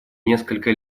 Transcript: несколько